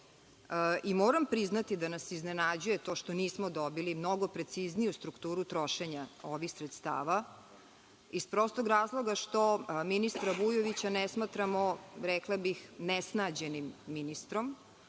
priznati da nas iznenađuje to što nismo dobili mnogo precizniju strukturu trošenja ovih sredstava, iz prostog razloga što ministra Vujovića ne smatramo, rekla bih, nesnađenim ministrom,